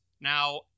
now